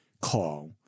call